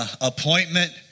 appointment